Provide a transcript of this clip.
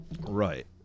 Right